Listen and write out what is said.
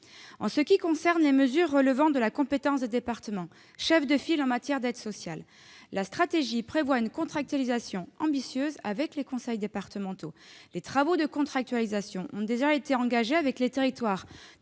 En ce qui concerne les mesures relevant de la compétence des départements, chefs de file en matière d'aide sociale, la stratégie prévoit une contractualisation ambitieuse avec les conseils départementaux. Les travaux de contractualisation ont déjà été engagés avec les territoires